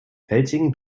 felsigen